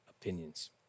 opinions